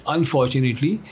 Unfortunately